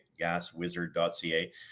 GasWizard.ca